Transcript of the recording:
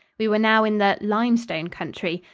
we were now in the limestone country,